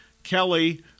Kelly